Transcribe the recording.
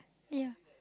ya